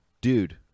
Dude